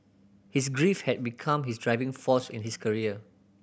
his grief had become his driving force in his career